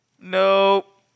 Nope